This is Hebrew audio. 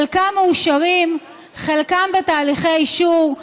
חלקם מאושרים, חלקם בתהליכי אישור.